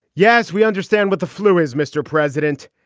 yes. we understand what the flu is, mr. president.